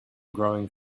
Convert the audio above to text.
growing